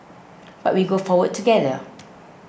but we go forward together